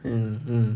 mm mm